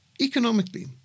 Economically